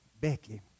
Becky